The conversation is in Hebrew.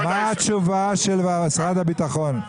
מה התשובה של משרד הביטחון?